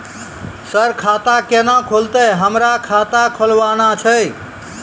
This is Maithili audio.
सर खाता केना खुलतै, हमरा खाता खोलवाना छै?